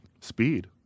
speed